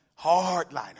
hardliner